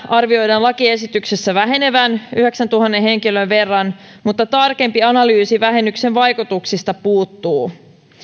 arvioidaan lakiesityksessä vähenevän yhdeksäntuhannen henkilön verran mutta tarkempi analyysi vähennyksen vaikutuksista puuttuu